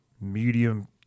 medium